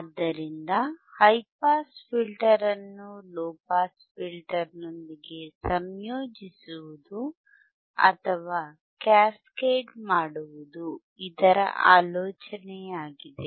ಆದ್ದರಿಂದ high pass filter ಅನ್ನು low pass ಫಿಲ್ಟರ್ನೊಂದಿಗೆ ಸಂಯೋಜಿಸುವುದು ಅಥವಾ ಕ್ಯಾಸ್ಕೇಡ್ ಮಾಡುವುದು ಇದರ ಆಲೋಚನೆಯಾಗಿದೆ